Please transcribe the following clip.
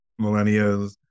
millennials